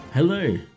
Hello